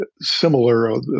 similar